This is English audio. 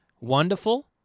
wonderful